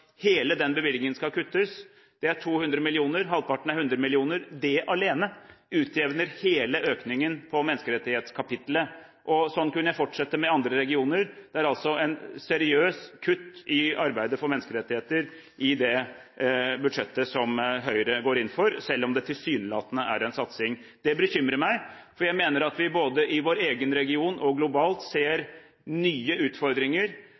Hele den bevilgningen skal kuttes. Det er 200 mill. kr – halvparten er 100 mill. kr. Dette alene utjevner hele økningen på menneskerettighetskapitlet. Sånn kunne jeg fortsette med andre regioner. Det er altså et seriøst kutt i arbeidet for menneskerettigheter i det budsjettforslaget som Høyre går inn for, selv om det tilsynelatende er en satsing. Det bekymrer meg, for jeg mener at vi både i vår egen region og globalt ser nye utfordringer